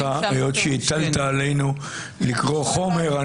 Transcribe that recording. היות שהטלת אלינו לקרוא חומר,